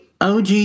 OG